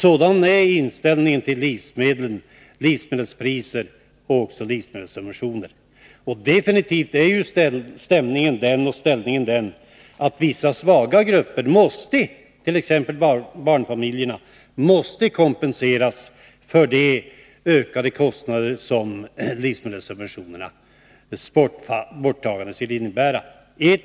Sådan är inställningen till livsmedelspriser och livsmedelssubventioner. Definitivt är situationen den att vissa svaga grupper, t.ex. barnfamiljerna, måste kompenseras för de ökade kostnader som livsmedelssubventionernas borttagande skulle innebära.